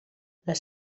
les